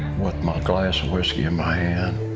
with my glass of whiskey in my and